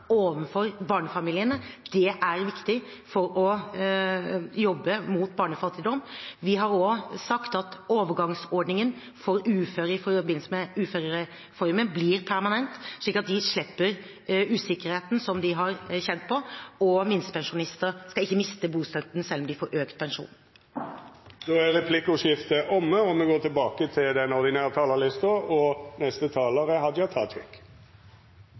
barnefamiliene. Det er viktig for å jobbe mot barnefattigdom. Vi har også sagt at overgangsordningen for uføre i forbindelse med uførereformen blir permanent, slik at de slipper den usikkerheten de har kjent på, og minstepensjonister skal ikke miste bostøtten selv om de får økt pensjon. Replikkordskiftet er omme. Arbeidarpartiet har laga eit alternativt budsjett for sterkare fellesskap og